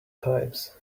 times